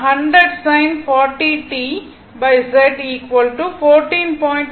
எனவே 100 sin 40 t Z